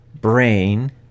brain